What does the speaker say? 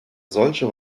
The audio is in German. solche